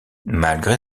malgré